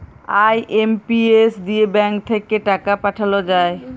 IMPS দিয়ে bank থাক্যে টাকা পাঠাল যায়